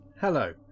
Hello